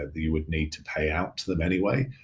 ah you would need to pay out to them anyway,